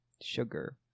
Sugar